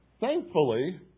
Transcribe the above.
Thankfully